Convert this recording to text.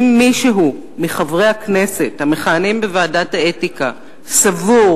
אם מישהו מחברי הכנסת המכהנים בוועדת האתיקה סבור